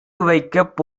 வைக்க